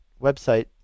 website